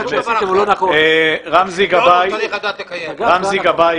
רמזי גבאי,